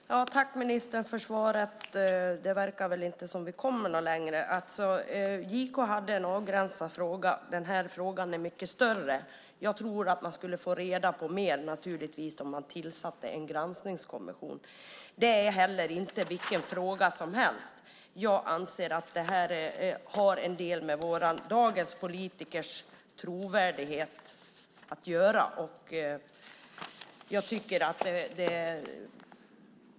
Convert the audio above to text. Herr talman! Tack, ministern, för svaret. Det verkar inte som att vi kommer längre. JK hade en avgränsad fråga. Den här frågan är mycket större. Jag tror naturligtvis att man skulle få reda på mer om man tillsatte en granskningskommission. Det är heller inte vilken fråga som helst. Jag anser att den har en del med dagens politikers trovärdighet att göra.